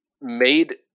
made